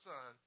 Son